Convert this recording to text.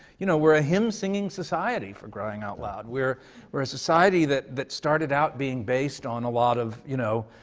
you know, we're a hymn-singing society, for crying out loud! we're we're a society that that started out being based on a lot of, you know